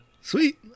Sweet